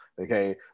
okay